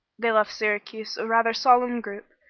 they left syracuse a rather solemn group,